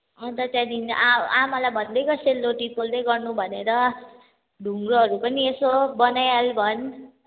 अन्त त्यहाँदेखिन् आ आमालाई भन्दै गर् सेलरोटी पोल्दै गर्नु भनेर ढुङ्रोहरू पनि यसो बनाइहाल् भन्